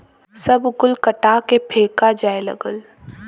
सब कुल कटा के फेका जाए लगल